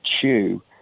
chew